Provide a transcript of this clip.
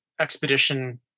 expedition